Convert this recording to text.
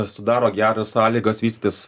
sudaro geras sąlygas vystytis